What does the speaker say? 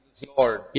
Lord